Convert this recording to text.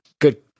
good